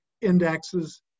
indexes